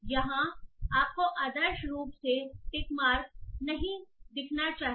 यहां आपको आदर्श रूप से टिक मार्क नहीं दिखाना चाहिए